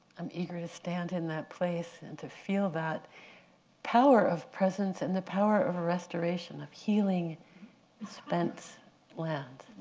i'm eager to stand in that place, and to feel that power of presence and the power of a restoration of healing spent lands,